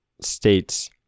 states